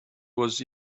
was